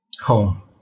Home